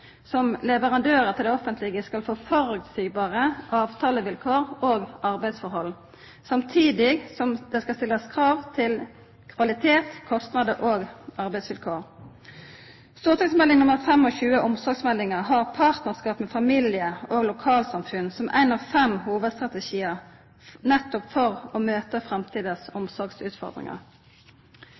som leverandørar til det offentlege, skal få føreseielege avtalevilkår og arbeidstilhøve, samtidig som det skal stillast krav til kvalitet, kostnader og arbeidsvilkår. St.meld. nr. 25 for 2005–2006, omsorgsmeldinga, har partnarskap med familie og lokalsamfunn som éin av fem hovudstrategiar nettopp for å